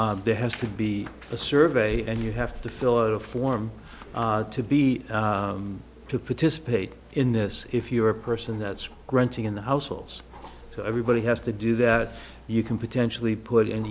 there has to be a survey and you have to fill out a form to be to participate in this if you're a person that's renting in the households everybody has to do that you can potentially put in